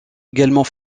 également